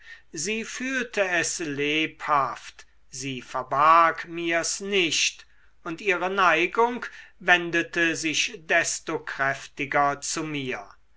sie fühlte es lebhaft sie verbarg mir's nicht und ihre neigung wendete sich desto kräftiger zu mir